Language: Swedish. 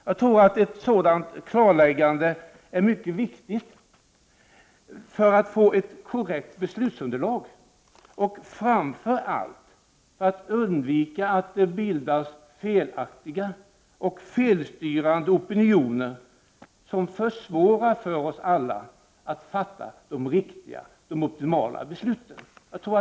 Jag tror att ett sådant klarläggande är mycket viktigt för att få ett korrekt beslutsunderlag och framför allt för att inte felaktiga och felstyrande opinioner skall bildas som försvårar för oss alla att fatta de riktiga och optimala besluten.